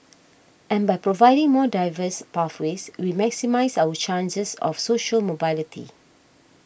and by providing more diverse pathways we maximise our chances of social mobility